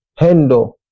Hendo